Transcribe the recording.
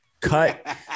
Cut